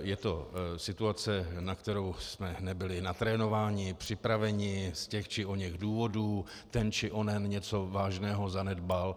Je to situace, na kterou jsme nebyli natrénováni, připraveni z těch či oněch důvodů, ten či onen něco vážného zanedbal.